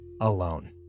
alone